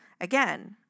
again